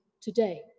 today